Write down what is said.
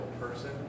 person